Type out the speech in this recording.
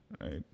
right